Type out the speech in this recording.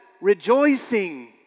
rejoicing